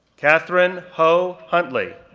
kathryn howe huntley,